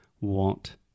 want